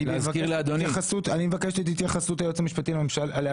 אני מבקש את התייחסות היועץ המשפטי של הוועדה.